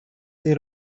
tej